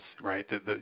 right